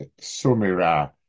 sumira